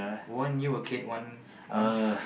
won't you a kid one once